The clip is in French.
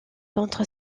contre